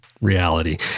reality